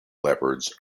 leopards